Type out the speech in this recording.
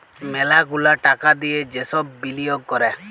ম্যালা গুলা টাকা দিয়ে যে সব বিলিয়গ ক্যরে